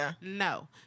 No